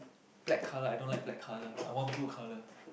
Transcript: black color I don't like black color I want blue color